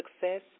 Success